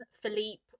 philippe